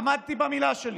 עמדתי במילה שלי.